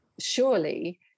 Surely